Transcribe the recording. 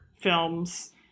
films